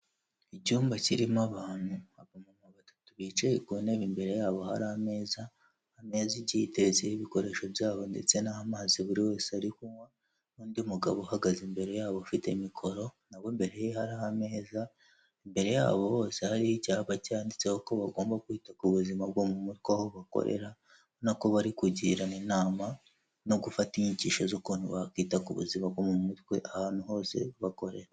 Icyumba kirimo abantu batatu bicaye ku ntebe imbere ya bo hari ameza. Ameza igiye itezetseho ibikoresho byabo ndetse n'amazi buri wese ari kunywa, n'undi mugabo uhagaze imbere yabo ufite mikoro, nabwo imbere ye hari ameza. Imbere ya bo bose hariho icyapa cyanditseho ko bagomba kwita ku buzima bwo mu mutwe aho bakorera, no kubo bari kugira inama, no gufata inyigisho z'ukuntu bakwita ku buzima bwo mu mutwe ahantu hose bakorera.